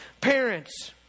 parents